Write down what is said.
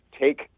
take